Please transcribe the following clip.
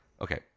Okay